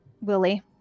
Willie